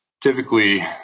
typically